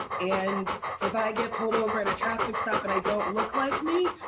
and if i get pulled over at a traffic stop and i don't look like me,